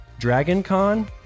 DragonCon